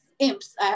Imps